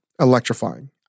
electrifying